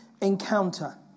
encounter